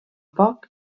poc